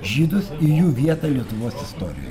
žydus į jų vietą lietuvos istorijoje